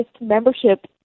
membership